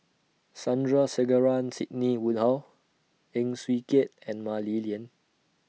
Sandrasegaran Sidney Woodhull Heng Swee Keat and Mah Li Lian